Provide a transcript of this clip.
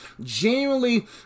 genuinely